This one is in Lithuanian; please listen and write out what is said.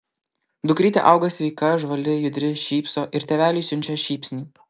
dukrytė auga sveika žvali judri šypso ir tėveliui siunčia šypsnį